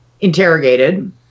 interrogated